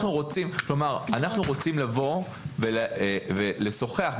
אנחנו רוצים לשוחח,